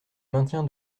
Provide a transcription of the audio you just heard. maintien